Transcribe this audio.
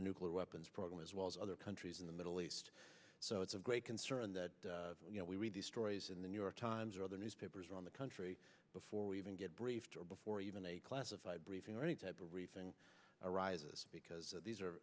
nuclear weapons program as well as other countries in the middle east so it's of great concern that we read the stories in the new york times or other newspapers around the country before we even get briefed or before even a classified briefing or any type of rethinking arises because these are